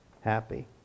happy